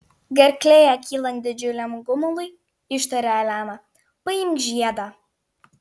gerklėje kylant didžiuliam gumului ištarė elena paimk žiedą